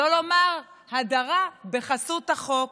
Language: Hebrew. שלא לומר הדרה בחסות החוק.